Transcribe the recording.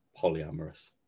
polyamorous